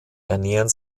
ernähren